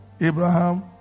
Abraham